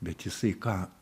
bet jisai ką